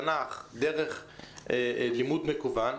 תנ"ך דרך לימוד מקוון,